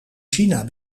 china